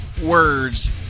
words